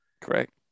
Correct